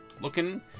looking